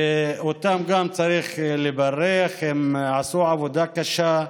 וגם אותם גם צריך לברך, הם עשו עבודה קשה.